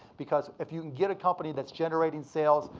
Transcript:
because if you can get a company that's generating sales,